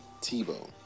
Tebow